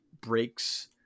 breaks